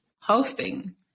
hosting